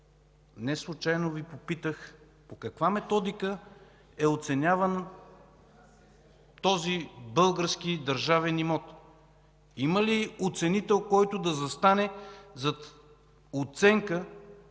Неслучайно Ви попитах по каква методика е оценяван този български държавен имот? Има ли оценител, който да застане зад оценка,